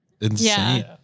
insane